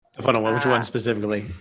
the funnel one, which one specifically?